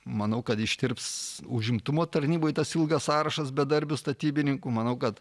manau kad ištirps užimtumo tarnyboj tas ilgas sąrašas bedarbių statybininkų manau kad